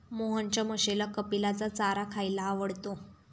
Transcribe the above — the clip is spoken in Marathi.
मोहनच्या म्हशीला कपिलाचा चारा खायला आवडतो